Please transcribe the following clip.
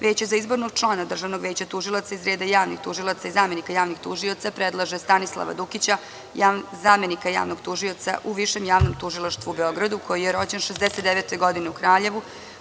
Veće za izbornog člana Državnog veća tužilaca iz reda javnih tužilaca i zamenika javnih tužilaca predlaže Stanislava Dukića, zamenika javnog tužioca u Višem javnog tužilaštvu u Beogradu, koji je rođen 1969. godine u Kraljevu.